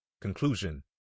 Conclusion